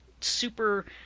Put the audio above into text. super